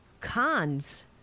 cons